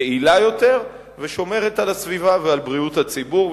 יעילה יותר ושומרת על הסביבה ועל בריאות הציבור,